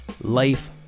life